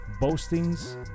Boastings